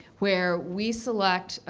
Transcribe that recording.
where we select,